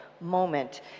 moment